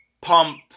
pump